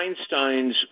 Einstein's